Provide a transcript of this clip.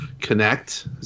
connect